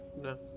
No